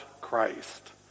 Christ